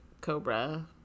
Cobra